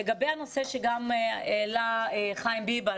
לגבי הנושא שגם העלה חיים ביבס,